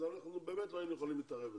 אז באמת אנחנו לא היינו יכולים להתערב בזה.